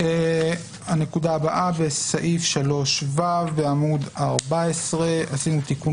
הנקודה הבאה בסעיף 3ו בעמוד 14. עשינו תיקון